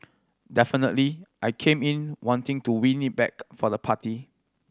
definitely I came in wanting to win it back for the party